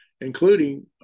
including